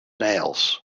nails